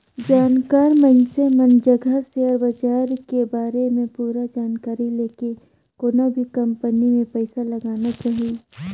जानकार मइनसे मन जघा सेयर बाजार के बारे में पूरा जानकारी लेके कोनो भी कंपनी मे पइसा लगाना चाही